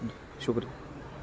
شکریہ